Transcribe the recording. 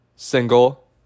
Single